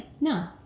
No